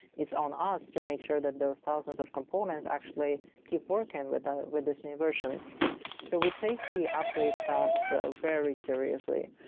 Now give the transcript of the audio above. it's on us to make sure that those thousands of components actually keep working with with this new version so we take the upgrade paths so very seriously.